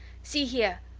see here,